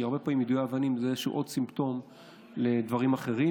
כי הרבה פעמים יידוי אבנים זה עוד סימפטום לדברים אחרים.